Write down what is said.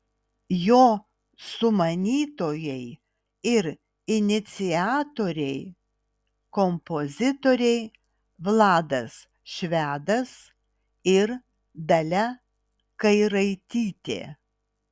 jo sumanytojai ir iniciatoriai kompozitoriai vladas švedas ir dalia kairaitytė